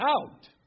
out